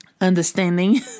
understanding